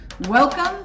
Welcome